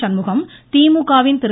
சண்முகம் திமுகவின் திரு